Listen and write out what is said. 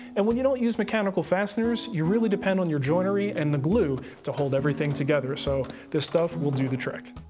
and when you don't use mechanical fasteners, you really depend on your joinery and the glue to hold everything together. so this stuff will do the trick.